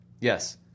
Yes